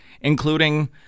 including